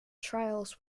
trials